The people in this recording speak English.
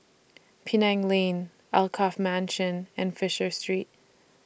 Penang Lane Alkaff Mansion and Fisher Street